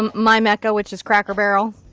um my mecca which is crackle barrel.